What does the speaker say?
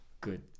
good